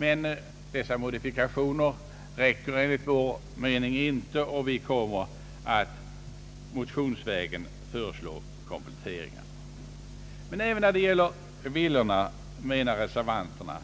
Men dessa modifikationer räcker enligt vår mening inte, och vi kommer att motionsvägen föreslå kompletteringar. Även när det gäller villorna menar reservanterna,